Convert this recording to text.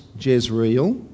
Jezreel